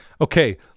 Okay